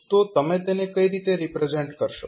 તો તમે તેને કઈ રીતે રિપ્રેઝેન્ટ કરશો